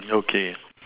okay